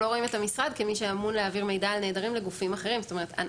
המשרד כמי שצריך להעביר מידע על נעדרים לגופים אחרים.